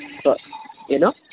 ಏನು